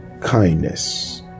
kindness